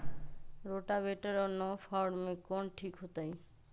Rotavator और नौ फ़ार में कौन ठीक होतै?